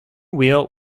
wheel